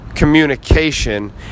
Communication